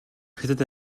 хятад